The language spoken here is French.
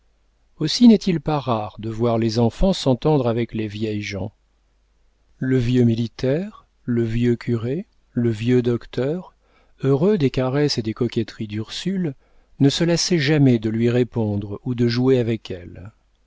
aussi n'est-il pas rare de voir les enfants s'entendre avec les vieilles gens le vieux militaire le vieux curé le vieux docteur heureux des caresses et des coquetteries d'ursule ne se lassaient jamais de lui répondre ou de jouer avec elle